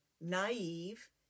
naive